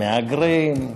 מהגרים,